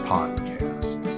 Podcast